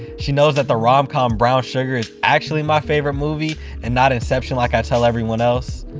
she knows that the romcom brown sugar is actually my favorite movie and not inception like i'd tell everyone else.